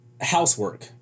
housework